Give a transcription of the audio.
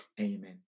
amen